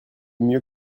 mieux